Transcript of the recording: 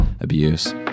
abuse